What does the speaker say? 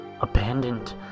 abandoned